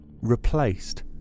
replaced